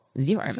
zero